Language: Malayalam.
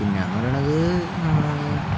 പിന്നെന്ന് പറയണത് നമ്മളാണ്